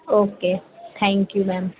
okay thank you ma'am